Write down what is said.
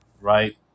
right